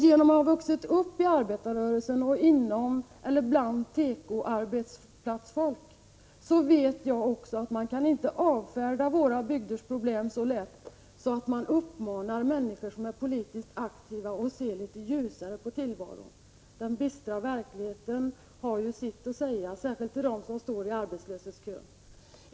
Då jag har vuxit upp inom arbetarrörelsen och umgåtts med tekoarbetsplatsmänniskor, vet jag att man inte kan avfärda våra bygders problem så lätt som att uppmana människor som är politiskt aktiva att bara se litet ljusare på tillvaron. Den bistra verkligheten har ju sitt att säga, särskilt för dem som står i arbetslöshetskön.